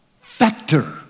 factor